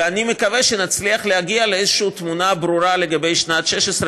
ואני מקווה שנצליח להגיע לאיזושהי תמונה ברורה לגבי שנת 2016,